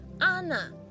Anna